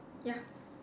ya